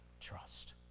trust